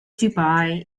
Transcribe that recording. dubai